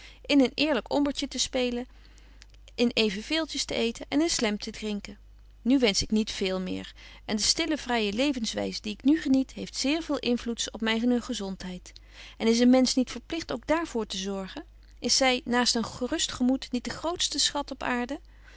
in een eerlyk ombertje te spelen in evenveeltjes te eeten en in slemp te drinken nu wensch ik niet veel meer en de stille vrye levenswys die ik nu geniet heeft zeer veel invloeds op myne gezontheid en is een mensch niet verpligt ook daar voor te zorgen is zy naast een gerust gemoed niet de grootste schat op aarde